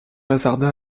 hasarda